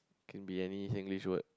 can be any Singlish word